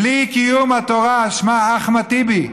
בלי קיום התורה, שמע, אחמד טיבי,